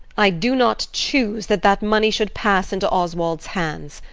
i do not choose that that money should pass into oswald's hands.